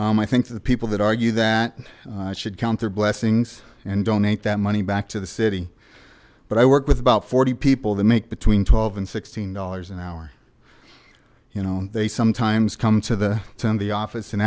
um i think the people that argue that should count their blessings and donate that money back to the city but i work with about forty people to make between twelve and sixteen dollars an hour you know they sometimes come to the end of the office an